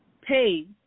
pay